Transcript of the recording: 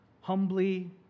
humbly